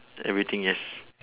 everything yes